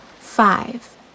five